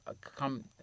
come